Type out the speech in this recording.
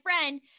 friend